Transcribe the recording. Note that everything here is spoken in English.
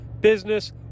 business